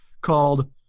called